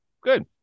Good